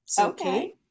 Okay